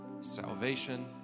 salvation